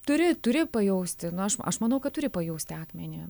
turi turi pajausti nu aš aš manau kad turi pajausti akmenį